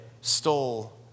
stole